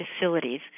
facilities